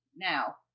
now